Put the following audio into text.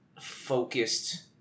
focused